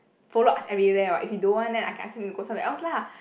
follow us everywhere [what] if you don't want then I can ask them to go somewhere else lah